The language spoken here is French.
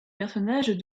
personnages